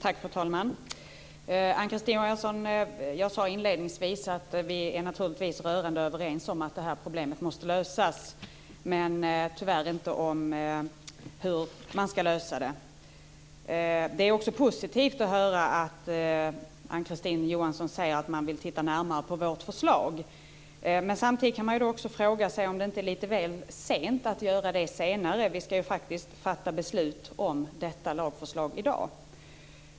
Fru talman! Ann-Kristine Johansson, jag sade inledningsvis att vi naturligtvis är rörande överens om att det här problemet måste lösas, men tyvärr inte om hur det ska lösas. Det är positivt att Ann-Kristine Johansson säger att man vill titta närmare på vårt förslag. Men samtidigt ställer jag mig frågan om det inte är lite väl sent att göra det senare. Vi ska ju faktiskt fatta beslut om detta lagförslag i dag.